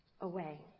away